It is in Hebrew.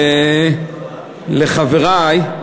לחברי,